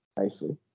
nicely